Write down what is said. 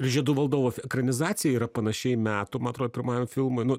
žiedų valdovo ekranizacija yra panašiai metų man atrodo pirmajam filmui nu